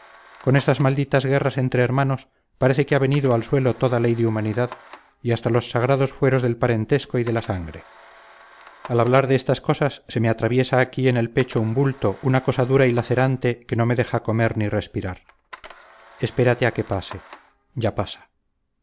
con estas malditas guerras entre hermanos parece que ha venido al suelo toda ley de humanidad y hasta los sagrados fueros del parentesco y de la sangre al hablar de estas cosas se me atraviesa aquí en el pecho un bulto una cosa dura y lacerante que no me deja comer ni respirar espérate a que pase ya pasa